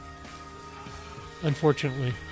Unfortunately